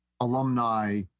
alumni